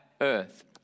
earth